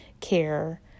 care